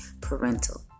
parental